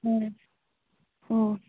ꯎꯝ ꯎꯝ